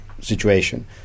situation